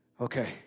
okay